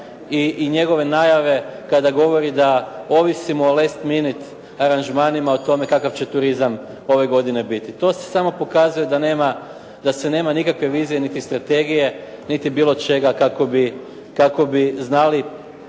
i njegove najave kada govori da ovisimo o last minute aranžmanima o tome kakav će turizam ove godine biti. To se samo pokazuje da se nema nikakve vizije, niti strategije, niti bilo čega kako bi znali